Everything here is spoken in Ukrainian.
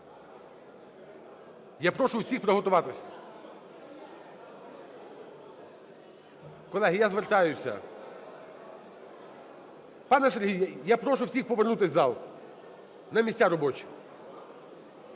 Я прошу всіх приготуватись. Колеги, я звертаюся! Пане Сергій, я прошу всіх повернутись в зал на місця робочі.